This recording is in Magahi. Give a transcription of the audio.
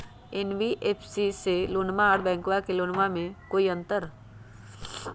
एन.बी.एफ.सी से लोनमा आर बैंकबा से लोनमा ले बे में कोइ अंतर?